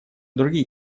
другие